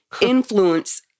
influence